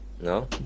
No